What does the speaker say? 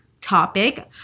topic